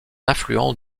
affluent